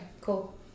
cool